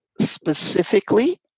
specifically